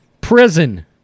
prison